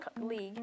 league